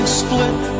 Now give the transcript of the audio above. split